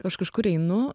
aš kažkur einu